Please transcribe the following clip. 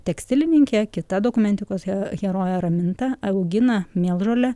tekstilininkė kita dokumentikos he herojė raminta augina mėlžolę